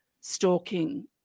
stalking